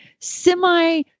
Semi